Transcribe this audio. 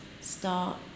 start